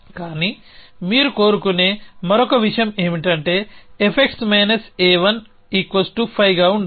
కానీ మీరు కోరుకునే మరొక విషయం ఏమిటంటే effects A15 గా ఉండాలి